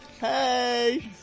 Hey